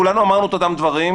כולנו אמרנו את אותם דברים,